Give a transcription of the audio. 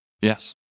Yes